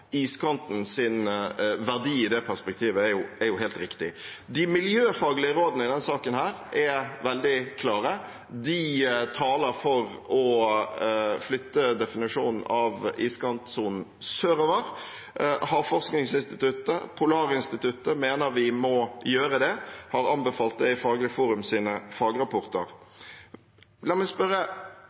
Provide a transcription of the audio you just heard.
verdi i det perspektivet er jo helt riktig. De miljøfaglige rådene i denne saken er veldig klare – de taler for å flytte definisjonen av iskantsonen sørover. Havforskningsinstituttet og Polarinstituttet mener vi må gjøre det – har anbefalt det i Faglig forums fagrapporter. La meg spørre: